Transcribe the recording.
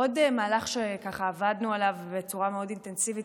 עוד מהלך שעבדנו עליו בצורה מאוד אינטנסיבית,